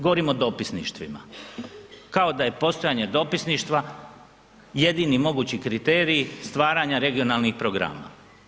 Govorim o dopisništvima, kao da je postojanje dopisništva jedini mogući kriterij stvaranja regionalnih programa.